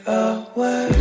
away